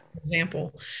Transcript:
example